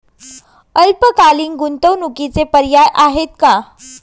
अल्पकालीन गुंतवणूकीचे पर्याय आहेत का?